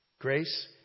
Grace